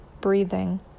breathing